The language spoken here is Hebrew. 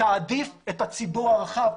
תעדיף את הציבור הרחב.